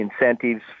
incentives